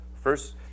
First